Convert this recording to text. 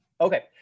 Okay